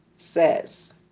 Says